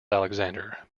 alexander